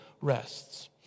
rests